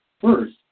First